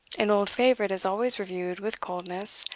an old favourite is always reviewed with coldness.